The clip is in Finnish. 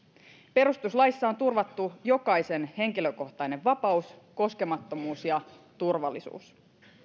perustuslaissa on turvattu jokaisen henkilökohtainen vapaus koskemattomuus ja turvallisuus